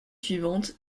suivantes